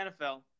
NFL